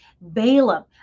Balaam